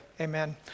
amen